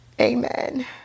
Amen